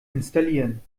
installieren